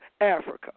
Africa